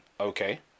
Okay